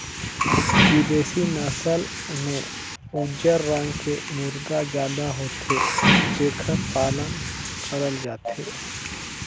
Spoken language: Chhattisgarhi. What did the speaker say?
बिदेसी नसल में उजर रंग के मुरगा जादा होथे जेखर पालन करल जाथे